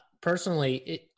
Personally